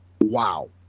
Wow